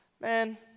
man